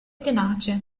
tenace